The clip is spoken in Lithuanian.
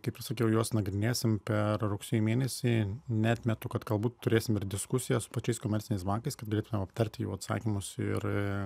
kaip ir sakiau juos nagrinėsim per rugsėjo mėnesį neatmetu kad galbūt turėsim ir diskusiją su pačiais komerciniais bankais kad galėtume aptarti jų atsakymus ir